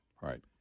right